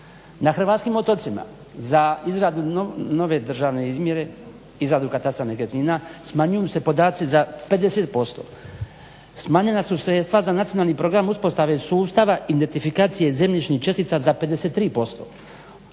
Na hrvatskim otocima za izradu nove državne izmjere, izradu katastra nekretnina smanjuju se podaci za 50%. Smanjena su sredstva za Nacionalni program uspostave sustava identifikacije zemljišnih čestica za 53%.